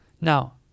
Now